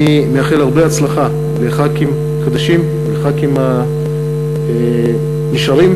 אני מאחל הרבה הצלחה לחברי הכנסת החדשים ולחברי הכנסת הנשארים.